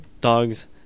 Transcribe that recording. dogs